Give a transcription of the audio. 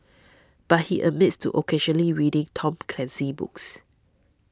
but he admits to occasionally reading Tom Clancy books